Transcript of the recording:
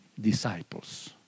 disciples